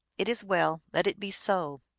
it is well. let it be so.